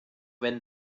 wenn